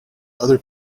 other